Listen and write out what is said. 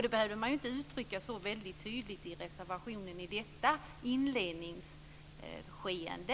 Det behövde man inte uttrycka så tydligt i reservationen i detta inledningsskede.